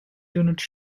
donuts